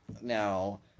Now